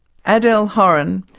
adele horin,